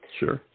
sure